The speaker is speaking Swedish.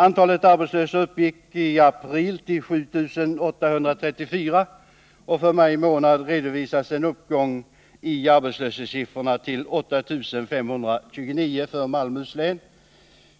Antalet arbetslösa uppgick i april till 7 834, och för maj månad redovisas för Malmöhus län en uppgång i arbetslöshetssiffran till 8 529,